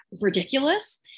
ridiculous